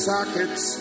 Sockets